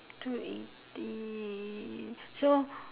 two eighty so